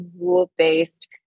rule-based